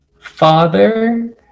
father